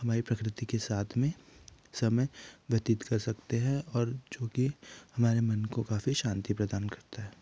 हमारी प्रकृति के साथ में समय व्यतीत कर सकते हैं और जो की हमारे मन को काफ़ी शांति प्रदान करता है